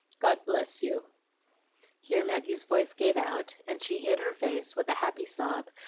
god bless you here maggie's voice gave out, and she hid her face, with a happy sob,